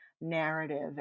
narrative